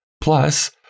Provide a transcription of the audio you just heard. Plus